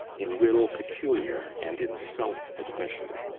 in will peculiar and in self-admission.